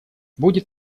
будет